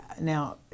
now